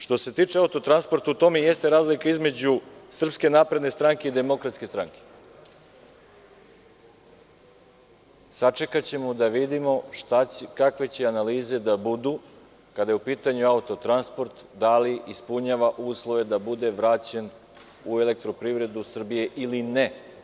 Što se tiče „Autotransporta“, u tome jeste razlika između SNS i DS, sačekaćemo da vidimo kakve će analize da budu kada je u pitanju „Autotransport“, da li ispunjava uslove da bude vraćen u elektroprivredu Srbije ili ne.